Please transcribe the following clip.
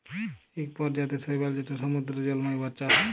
ইক পরজাতির শৈবাল যেট সমুদ্দুরে জল্মায়, উয়ার চাষ